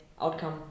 outcome